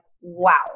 wow